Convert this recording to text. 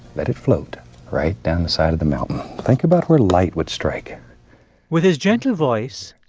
let it float right down the side of the mountain. think about where light would strike with his gentle voice,